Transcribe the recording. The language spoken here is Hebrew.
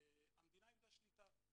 המדינה איבדה שליטה.